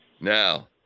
Now